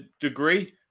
degree